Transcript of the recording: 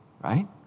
right